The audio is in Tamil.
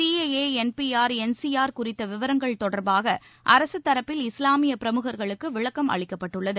C A A N P R N R C குறித்த விவரங்கள் தொடர்பாக அரசு தரப்பில் இஸ்லாமிய பிரமுகர்களுக்கு விளக்கம் அளிக்கப்பட்டுள்ளது